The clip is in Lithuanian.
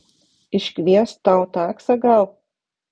iškviest tau taksą gal